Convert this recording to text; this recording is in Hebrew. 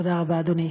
תודה רבה, אדוני.